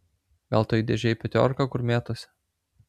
gal toj dėžėj petiorka kur mėtosi